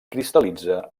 cristal·litza